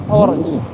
orange